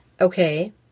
Okay